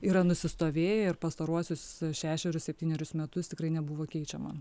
yra nusistovėję ir pastaruosius šešerius septynerius metus tikrai nebuvo keičiama